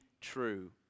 true